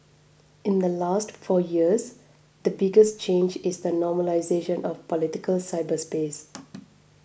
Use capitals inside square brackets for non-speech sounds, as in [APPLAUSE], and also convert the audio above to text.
in the last four years the biggest change is the normalisation of political cyberspace [NOISE]